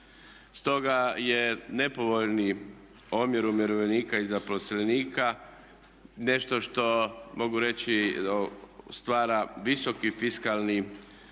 Stoga je nepovoljni omjer umirovljenika i zaposlenika nešto što mogu reći stvara visoki fiskalni